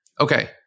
Okay